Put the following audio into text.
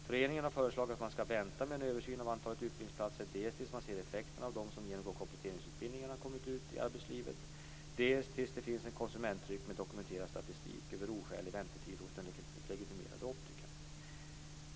Föreningen har föreslagit att man skall vänta med en översyn av antalet utbildningsplatser, dels tills man ser effekterna av att de som genomgår kompletteringsutbildningarna kommit ut i arbetslivet, dels tills det finns ett konsumenttryck med dokumenterad statistik över oskälig väntetid hos den legitimerade optikern.